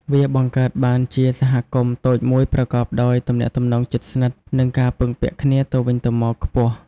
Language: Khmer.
វាបង្កើតបានជាសហគមន៍តូចមួយប្រកបដោយទំនាក់ទំនងជិតស្និទ្ធ និងការពឹងពាក់គ្នាទៅវិញទៅមកខ្ពស់។